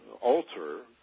alter